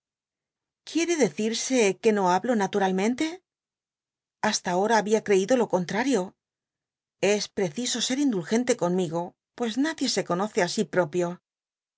quiere deci rse que no hablo naturalmente hasta ahora habia crcido lo contrario es preciso ser indulgente conmigo pues nadie se conoce á si propio